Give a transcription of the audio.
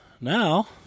Now